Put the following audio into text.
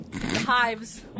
Hives